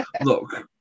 Look